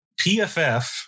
PFF